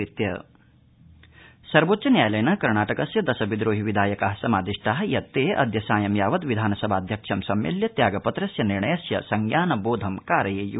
शीर्षन्यायालय कर्णाटकम सर्वोच्च न्यायालयेन कर्णाटकस्य दश विद्रोहि विधायका समादिष्टा यते अद्य सायं यावत् विधानसभाध्यक्षं सम्मेल्य त्यागपत्रस्य निर्णयस्य संज्ञानबोधं कारयेय्